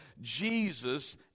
Jesus